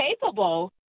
capable